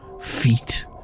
feet